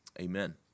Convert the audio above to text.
Amen